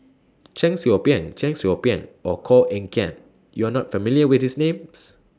Cheong Soo Pieng Cheong Soo Pieng Or Koh Eng Kian YOU Are not familiar with These Names